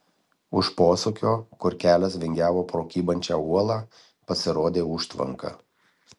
už posūkio kur kelias vingiavo pro kybančią uolą pasirodė užtvanka